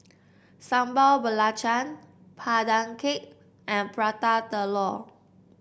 Sambal Belacan Pandan Cake and Prata Telur